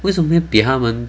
为什么没有比他们